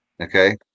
Okay